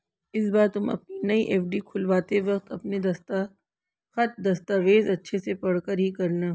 इस बार तुम अपनी नई एफ.डी खुलवाते वक्त अपने दस्तखत, दस्तावेज़ अच्छे से पढ़कर ही करना